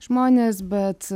žmonės bet